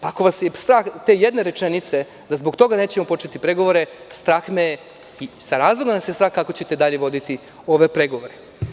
Ako vas je strah te jedne rečenice da zbog toga nećemo početi pregovore, sa razlogom vas je strah kako ćete dalje voditi ove pregovore.